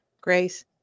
grace